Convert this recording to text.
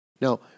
Now